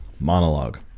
monologue